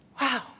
Wow